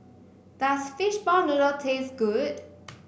does Fishball Noodle taste good